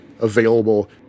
available